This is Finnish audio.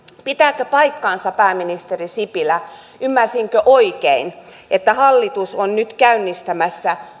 pitääkö paikkansa pääministeri sipilä ymmärsinkö oikein että hallitus on nyt käynnistämässä